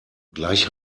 gleich